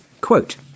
Quote